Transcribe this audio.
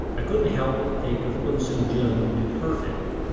i couldn't help but think of eunsoon jun and her family.